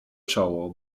czoło